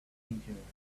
meteorites